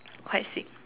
quite sick